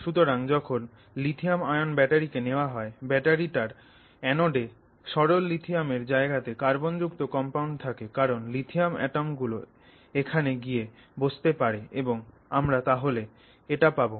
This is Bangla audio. সুতরাং যখন লিথিয়াম আয়ন ব্যাটারী কে নেওয়া হয় ব্যাটারীটার আনোডে সরল লিথিয়ামের জায়গাতে কার্বনযুক্ত কম্পাউন্ড থাকে কারণ লিথিয়াম অ্যাটম গুলো এখানে গিয়ে বসতে পারে এবং আমরা তাহলে এটা পাবো